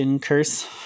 curse